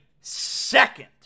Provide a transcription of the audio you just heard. second